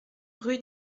rue